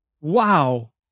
Wow